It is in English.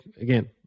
again